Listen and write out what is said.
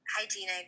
hygienic